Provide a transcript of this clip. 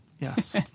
Yes